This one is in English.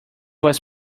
was